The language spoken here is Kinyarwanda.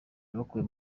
bakuwe